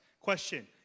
Question